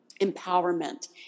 empowerment